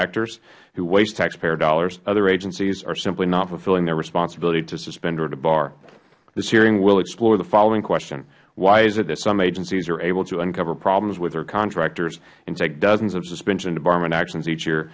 actors who waste taxpayer dollars other agencies are simply not fulfilling their responsibility to suspend or debar this hearing will explore the following question why is it that some agencies are able to uncover problems with their contractors and take dozens of suspension and debarment actions each year